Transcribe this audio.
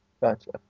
Gotcha